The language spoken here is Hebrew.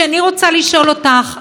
אני רוצה לשאול אותך,